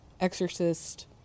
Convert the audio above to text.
exorcist